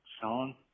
Sean